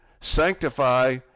sanctify